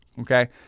okay